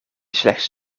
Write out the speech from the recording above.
slechts